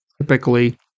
typically